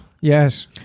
Yes